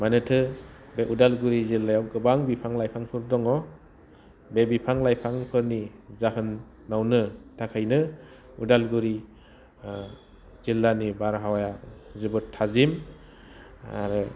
मानोना बे उदालगुरि जिल्लायाव गोबां बिफां लाइफांफोर दङ बे बिफां लाइफांफोरनि जाहोननावनो थाखायनो उदालगुरि जिल्लानि बारहावाया जोबोद थाजिम आरो